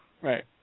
Right